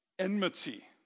Enmity